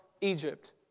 Egypt